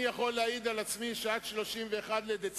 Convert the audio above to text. אני יכול להעיד על עצמי שעד 31 במרס,